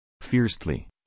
Fiercely